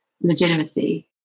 legitimacy